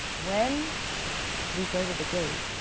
when we go to the gate,